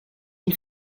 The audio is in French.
une